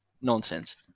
nonsense